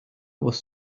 was